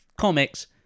comics